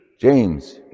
James